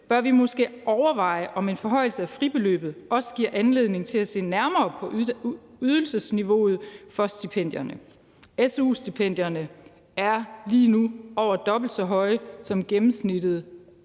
bør vi måske overveje, om en forhøjelse af fribeløbet også giver anledning til at se nærmere på ydelsesniveauet for stipendierne. Su-stipendierne er lige nu over dobbelt så høje som gennemsnittet